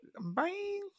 Bang